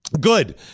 Good